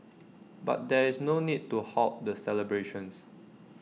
but there is no need to halt the celebrations